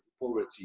poverty